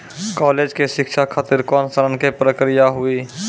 College के शिक्षा खातिर कौन ऋण के प्रक्रिया हुई?